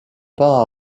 pas